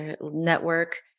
network